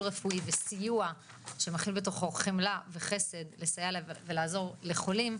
רפואי וסיוע שמכיל בתוכו חמלה וחסד לסייע ולעזור לחולים,